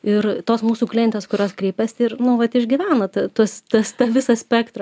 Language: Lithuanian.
ir tos mūsų klientės kurios kreipiasi ir nu vat išgyvena tuos tas tą visą spektrą